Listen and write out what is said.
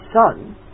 Son